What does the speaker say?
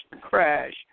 crash